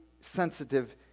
sensitive